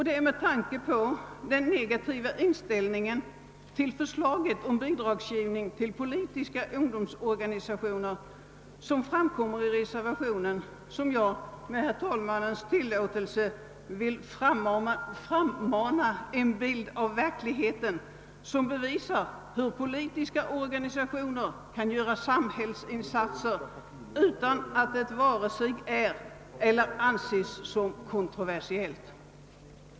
Det är med anledning av den negativa inställning till förslaget om bidragsgivning till politiska ungdomsorganisationer, som framkommer i reservation nr 2, som jag med herr talmannens tillåtelse vill frammana en bild av verkligheten som bevisar att politiska organisationer kan göra samhällsinsatser som: varken är eller kan anses vara kontroversiella.